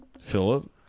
Philip